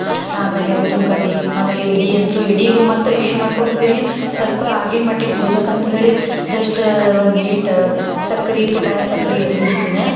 ಆಮೇಲೆ ಊದಿನ ಕಡ್ಡಿ ಆಮೇಲೆ ಎಡೆ ಅಂತೂ ಎಡೆಗೂ ಮತ್ತು ಏನು ಮಾಡ್ಕೊಡತ್ತೀನಿ ಸ್ವಲ್ಪ ಆಗಿನ ಮಟ್ಟಿಗೆ ಪೂಜೆಗಂತ ಹೇಳಿ ಜಸ್ಟ್ ಒಂದು ಏಟ್ ಸಕ್ರೆ ಪುಟಾಣಿ ಸಕ್ರೆ ಎಡೆ ಹಿಡಿತಿನಾ